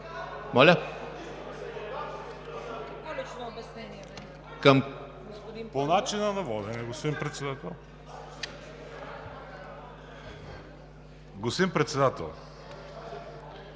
По начина на водене, господин Председател. Господин Председател,